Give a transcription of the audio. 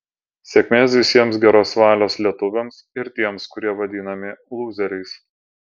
sėkmės visiems geros valios lietuviams ir tiems kurie vadinami lūzeriais